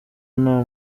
nta